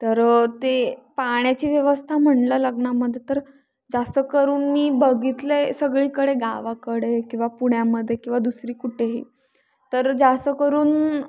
तर ते पाण्याची व्यवस्था म्हणलं लग्नामध्ये तर जास्त करून मी बघितलं आहे सगळीकडे गावाकडे किंवा पुण्यामध्ये किंवा दुसरी कुठेही तर जास्त करून